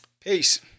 Peace